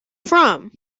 from